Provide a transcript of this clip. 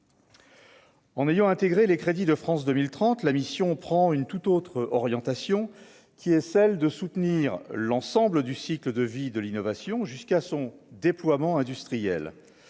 En ayant intégré les crédits de France 2030 la mission prend une tout autre orientation qui est celle de soutenir l'ensemble du cycle de vie de l'innovation, jusqu'à son déploiement industriel